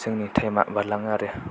जोंनि टाइमआ बारलाङो आरो